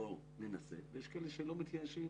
בואו ננסה, ויש כאלה שלא מתייאשים